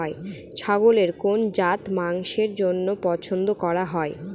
ছাগলের কোন জাত মাংসের জন্য পছন্দ করা হয়?